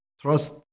trust